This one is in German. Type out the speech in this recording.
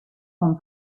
vom